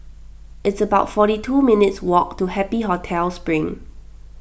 it's about forty two minutes' walk to Happy Hotel Spring